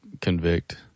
convict